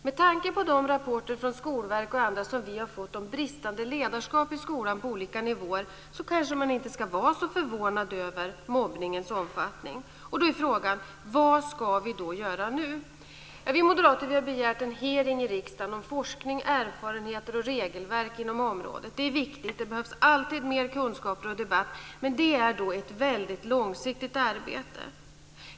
Med tanke på de rapporter från Skolverket och från andra håll som vi har fått om bristande ledarskap i skolan på olika nivåer ska man kanske inte vara så förvånad över mobbningens omfattning. Frågan är: Vad ska vi då göra nu? Vi moderater har begärt en hearing i riksdagen om forskning, erfarenheter och regelverk inom området. Det är viktigt. Det behövs alltid mer av kunskaper och debatt, men detta är ett väldigt långsiktigt arbete.